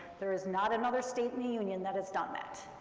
there is not another state in the union that has done that.